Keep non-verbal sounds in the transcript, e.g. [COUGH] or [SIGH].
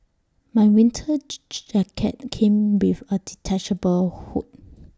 my winter [HESITATION] jacket came with A detachable hood